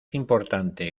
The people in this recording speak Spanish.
importante